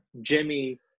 Jimmy